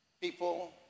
people